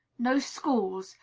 no schools,